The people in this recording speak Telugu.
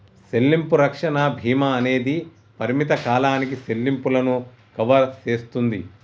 సెల్లింపు రక్షణ భీమా అనేది పరిమిత కాలానికి సెల్లింపులను కవర్ సేస్తుంది